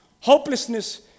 Hopelessness